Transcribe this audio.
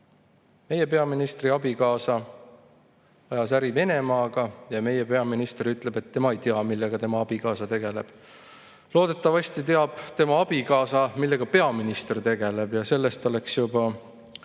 Meie peaministri abikaasa ajas äri Venemaaga, aga meie peaminister ütleb, et tema ei tea, millega tema abikaasa tegeleb. Loodetavasti teab tema abikaasa, millega peaminister tegeleb. Sellest oleks juba